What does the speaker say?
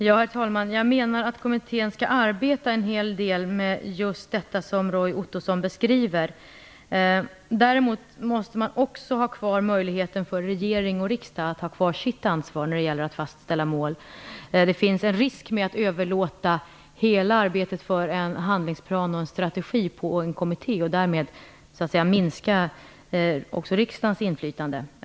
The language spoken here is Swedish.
Herr talman! Jag menar att kommittén skall arbeta en hel del just med det som Roy Ottosson beskriver. Däremot måste man också ha kvar möjligheten för regering och riksdag att behålla ansvaret för att fastställa mål. Det är en risk förenad med att överlåta hela arbetet för en handlingsplan och en strategi på en kommitté och att därmed också minska riksdagens inflytande.